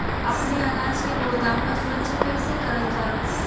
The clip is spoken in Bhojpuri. अपने अनाज के गोदाम क सुरक्षा कइसे करल जा?